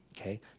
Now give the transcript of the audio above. Okay